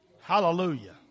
Hallelujah